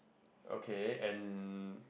okay and